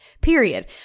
period